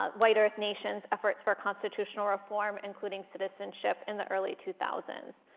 ah white earth nation's efforts for constitutional reform, including citizenship in the early two thousand s.